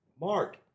Mark